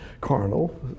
carnal